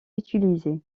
utiliser